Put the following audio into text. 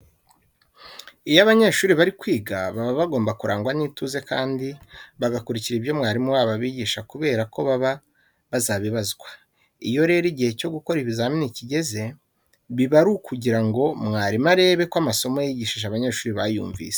Iyo abanyeshuri bari kwiga baba bagomba kurangwa n'ituze kandi bagakurikira ibyo mwarimu wabo abigisha kubera ko baba bazabibazwa. Iyo rero igihe cyo gukora ikizamini kigeze, biba ari ukugira ngo mwarimu arebe ko amasomo yigishije abanyesuri bayumvise.